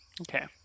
Okay